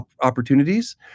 opportunities